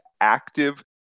active